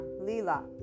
Lila